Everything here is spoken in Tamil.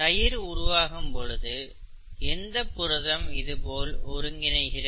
தயிர் உருவாகும் பொழுது எந்த புரதம் இதுபோல் ஒருங்கிணைக்கிறது